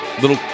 Little